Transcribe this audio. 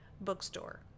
bookstore